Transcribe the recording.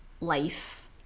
life